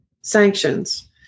sanctions